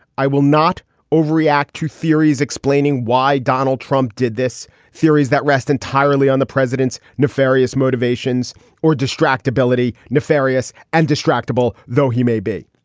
i will not overreact to theories explaining why donald trump did this series that rest entirely on the president's nefarious motivations or distractibility, nefarious and distractable, though he may be.